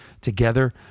together